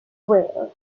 rare